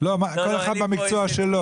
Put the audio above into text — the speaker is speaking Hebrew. כל אחד במקצוע שלו.